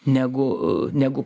negu negu